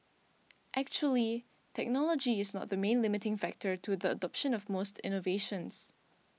actually technology is not the main limiting factor to the adoption of most innovations